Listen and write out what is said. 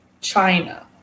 China